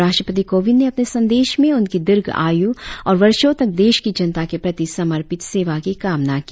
राष्ट्रपति कोविंद ने अपने संदेश में उनकी दीर्घ आयु और वर्षों तक देश की जनता के प्रति समर्पित सेवा की कामना की